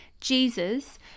jesus